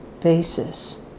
basis